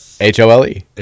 H-O-L-E